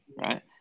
right